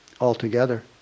altogether